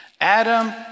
Adam